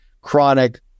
chronic